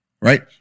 Right